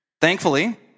Thankfully